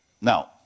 Now